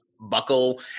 buckle